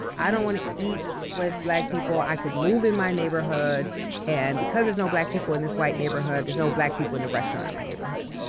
i don't want to eat with black people i can move in my neighborhood and because there's no black people in this white neighborhood there's no black people in the restaurant in my neighborhood.